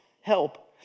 help